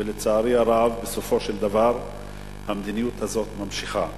ולצערי הרב בסופו של דבר המדיניות הזאת ממשיכה.